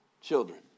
children